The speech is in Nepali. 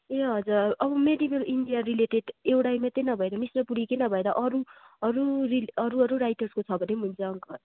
ए हजुर अब मेरिगोल्ड इन्डिया रिलेटेड एउटै मात्रै नभएर मिस्टर पुरी कै नभएर अरूहरू रिल अरूहरू राइटर्सको छ भने हुन्छ अङ्कल